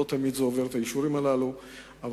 לא תמיד האישורים הללו ניתנים,